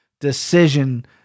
decision